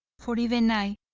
for even i,